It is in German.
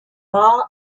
war